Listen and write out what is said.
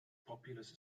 populous